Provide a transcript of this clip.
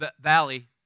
Valley